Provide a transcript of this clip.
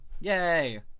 Yay